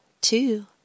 two